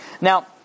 Now